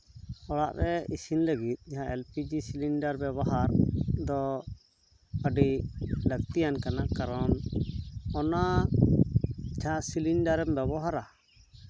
ᱚᱲᱟᱜ ᱨᱮ ᱤᱥᱤᱱ ᱞᱟᱹᱜᱤᱫ ᱡᱟᱦᱟᱸ ᱮᱞ ᱯᱤ ᱡᱤ ᱥᱤᱞᱤᱱᱰᱟᱨ ᱵᱮᱵᱚᱦᱟᱨ ᱫᱚ ᱟᱹᱰᱤ ᱞᱟᱹᱠᱛᱤᱭᱟᱱ ᱠᱟᱱᱟ ᱠᱟᱨᱚᱱ ᱚᱱᱟ ᱡᱟᱦᱟᱸ ᱥᱤᱤᱱᱰᱟᱨ ᱮᱢ ᱵᱮᱵᱚᱦᱟᱨᱟ